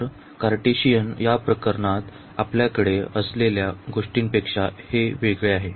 तर कार्टेशियन प्रकरणात आपल्याकडे असलेल्या गोष्टीपेक्षा हे वेगळे आहे